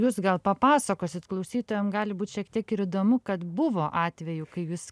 jūs gal papasakosit klausytojam gali būt šiek tiek ir įdomu kad buvo atvejų kai jūs